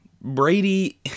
Brady